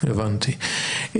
הבנתי,